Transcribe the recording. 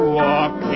walk